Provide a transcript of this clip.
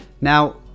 Now